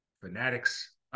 Fanatics